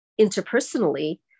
interpersonally